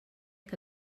que